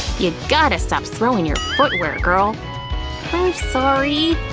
you gotta stop throwing your footwear, girl! i'm sorry!